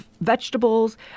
vegetables